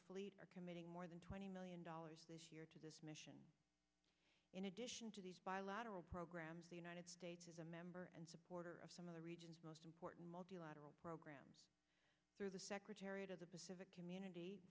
fleet are committing more than twenty million dollars this year to this mission in addition to these bilateral programs the united states is a member and supporter of some of the region's most important multilateral program through the secretariat of the pacific community